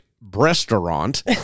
restaurant